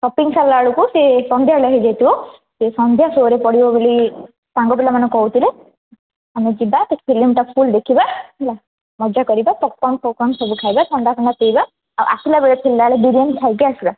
shopping ସରିଲା ବେଳକୁ ସେହି ସନ୍ଧ୍ୟା ବେଳ ହେଇ ଯାଇଥିବ ସେହି ସନ୍ଧ୍ୟା ସୋରେ ପଡ଼ିବ ବୋଲି ସାଙ୍ଗ ପିଲାମାନେ କହୁଥିଲେ ଆମେ ଯିବା ସେ ଫିଲ୍ମଟା ଫୁଲ୍ ଦେଖିବା ହେଲା ମଜା କରିବା ପପକନ୍ ଫପକନ୍ ସବୁ ଖାଇବା ଥଣ୍ଡା ଫଣ୍ଡା ସବୁ ପିଇବା ଆଉ ଆସିଲା ବେଳେ ବିରିୟାନୀ ଖାଇକି ଆସିବା